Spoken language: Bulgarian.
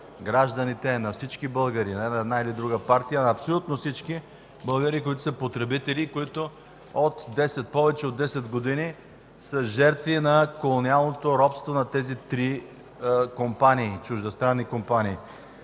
гражданите, на всички българи – не на една или друга партия, а на абсолютно всички българи, които са потребители и които повече от 10 години са жертви на колониалното робство на тези три чуждестранни компании.